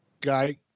Guy